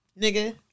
Nigga